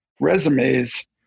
resumes